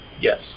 yes